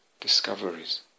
discoveries